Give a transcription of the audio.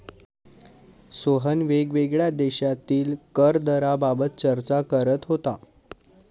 सोहन वेगवेगळ्या देशांतील कर दराबाबत चर्चा करत होता